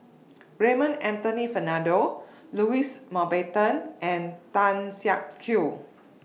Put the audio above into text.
Raymond Anthony Fernando Louis Mountbatten and Tan Siak Kew